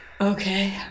Okay